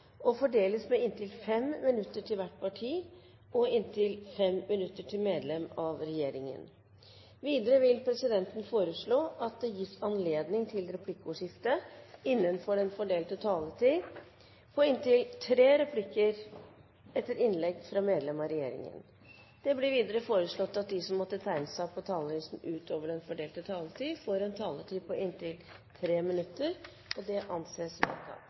og fordeles med inntil 5 minutter til hvert parti og inntil 5 minutter til medlem av regjeringen. Videre vil presidenten foreslå at det gis anledning til replikkordskifte på inntil tre replikker med svar etter innlegg fra medlem av regjeringen innenfor den fordelte taletid. Det blir videre foreslått at de som måtte tegne seg på talerlisten utover den fordelte taletid, får en taletid på inntil 3 minutter. – Det anses vedtatt.